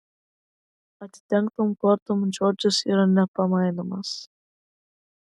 atidengtom kortom džordžas yra nepamainomas